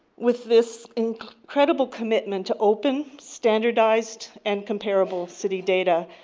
with this incredible commitment to open, standardized and comparable city data,